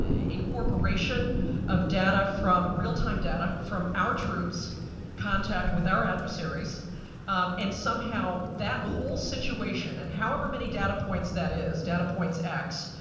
ah incorporation of data from real time data from our troops' contact with our adversaries and somehow that whole situation. and however many data points, that is data points x.